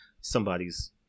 somebody's